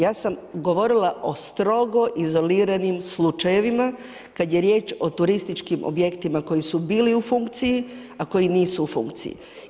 Ja sam govorila o strogo izoliranim slučajevima kada je riječ o turističkim objektima koji su bili u funkciji a koji nisu u funkciji.